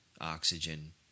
oxygen